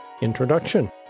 Introduction